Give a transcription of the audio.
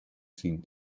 seemed